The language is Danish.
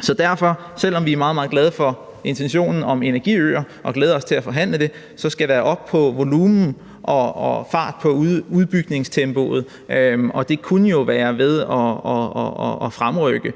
Så derfor – selv om vi er meget, meget glade for intentionen om energiøer og glæder os til at forhandle det – skal der skrues op for volumenen og sættes fart på udbygningstempoet, og det kunne jo være ved at fremrykke